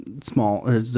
small